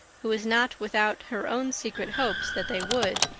who was not without her own secret hopes that they would,